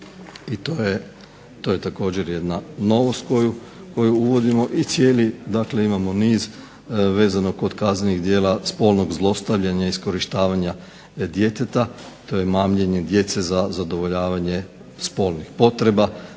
i to je također jedna novost koju uvodimo i cijeli dakle imamo niz vezano kod kaznenih djela spolnog zlostavljanja i iskorištavanja djeteta, to je mamljenje djece za zadovoljavanje spolnih potreba.